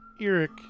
Eric